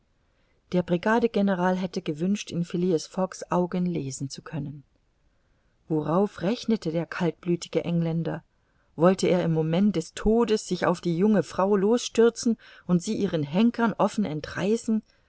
der brigadegeneral hätte gewünscht in phileas fogg's augen lesen zu können worauf rechnete der kaltblütige engländer wollte er im moment des todes sich auf die junge frau losstürzen und sie ihren henkern offen entreißen